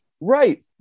Right